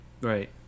Right